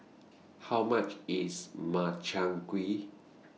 How much IS Makchang Gui